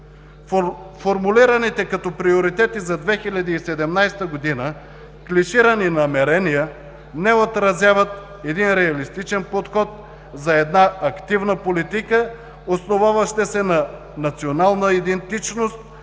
Формулираните като приоритети за 2017 г. клиширани намерения не отразяват един реалистичен подход за една активна политика, основаваща се на национална идентичност,